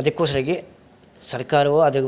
ಅದಕ್ಕೋಸ್ಕರವಾಗಿ ಸರ್ಕಾರವು ಅದ್ರ